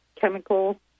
chemical